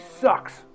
sucks